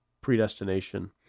predestination